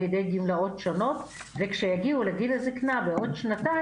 התפלאנו מאוד ופנינו לגוף ושאלנו הכיצד,